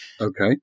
Okay